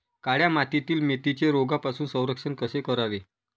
काळ्या मातीतील मेथीचे रोगापासून संरक्षण कसे करावे?